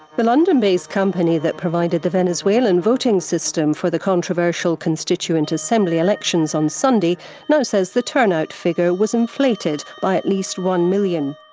the london based company that provided the venezuelan voting system for the controversial constituent assembly elections on sunday now says the turnout figure was inflated by at least one million.